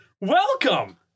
Welcome